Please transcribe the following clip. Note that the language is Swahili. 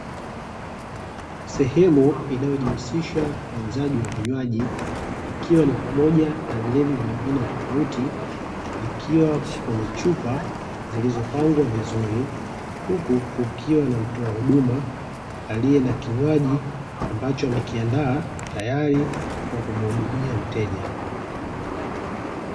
Sehemu inayojihusisha na uuzaji wa vinywaji, ikiwa ni pamoja na vilevi vya aina tofauti, vikiwa kwenye chupa zilizopangwa vizuri, huku kukiwa na mtoa huduma aliye na kinywaji ambacho amekiandaa , tayari kwa kumhudumia mteja.